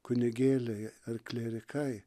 kunigėliai ar klierikai